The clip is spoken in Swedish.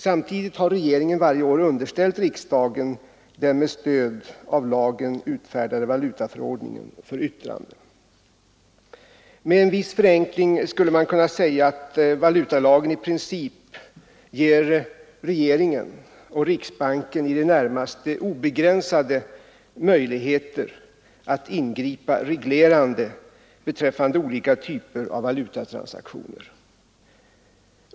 Samtidigt har regeringen varje år underställt riksdagen den med stöd av lagen utfärdade valutaförordningen för yttrande. Med en viss förenkling kan man säga att valutalagen i princip ger regeringen och riksbanken i det närmaste obegränsade möjligheter att ingripa reglerande beträffande olika typer av valutatransaktioner.